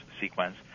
sequence